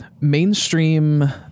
mainstream